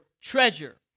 treasure